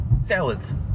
salads